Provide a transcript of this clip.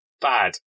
bad